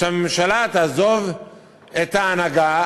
שהממשלה תעזוב את ההנהגה